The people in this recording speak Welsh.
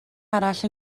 arall